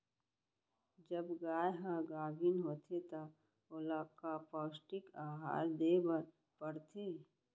जब गाय ह गाभिन होथे त ओला का पौष्टिक आहार दे बर पढ़थे?